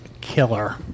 killer